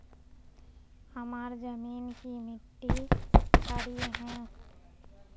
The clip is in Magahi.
हमार जमीन की मिट्टी क्षारीय है?